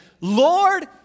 Lord